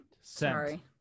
Sorry